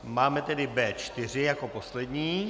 Máme tedy B4 jako poslední.